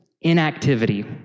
inactivity